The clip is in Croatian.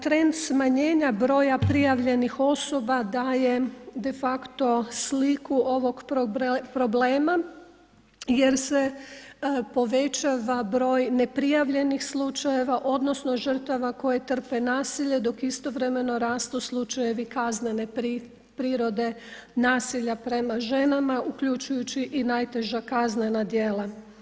Trend smanjenja broja prijavljenih osoba daje defakto sliku ovog problema jer se povećava broj neprijavljenih slučajeva, odnosno žrtava koje trpe nasilje, dok istovremeno rastu slučajevi kaznene prirode nasilja prema ženama, uključujući i najteža kaznena djela.